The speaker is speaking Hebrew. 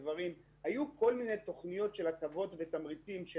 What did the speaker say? היו כל מיני תוכניות של הטבות ותמריצים של